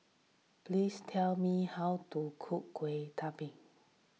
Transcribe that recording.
please tell me how to cook Kueh Talam